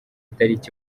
itariki